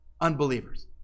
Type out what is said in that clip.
unbelievers